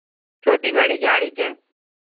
छोटी बड़ी गाड़ी के